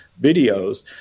videos